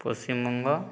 Paschim Banga